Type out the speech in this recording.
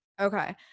Okay